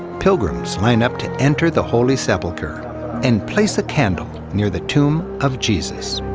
pilgrims line up to enter the holy sepulchre and place a candle near the tomb of jesus.